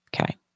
Okay